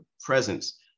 presence